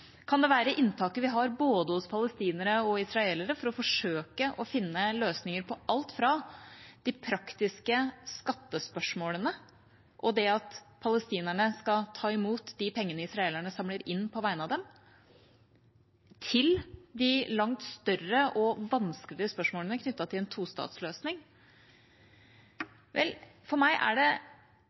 Kan det være inntaket vi har hos både palestinere og israelere for å forsøke å finne løsninger på alt fra de praktiske skattespørsmålene og det at palestinerne skal ta imot de pengene israelerne samler inn på vegne av dem, til de langt større og vanskeligere spørsmålene knyttet til en tostatsløsning? For meg er det